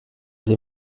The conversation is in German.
sie